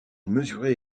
mesurait